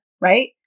right